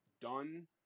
done